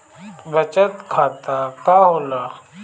बचत खाता का होला?